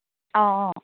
অ অ